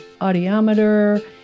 audiometer